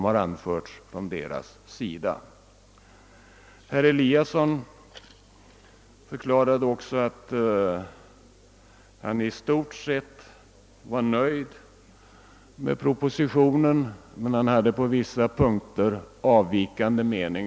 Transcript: Herr Eliasson i Sundborn förklarade att han i stort sett var nöjd med propositionen men att han på vissa punkter hade en avvikande uppfattning.